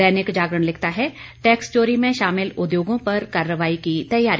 दैनिक जागरण लिखता है टैक्स चोरी में शामिल उद्योगों पर कार्रवाई की तैयारी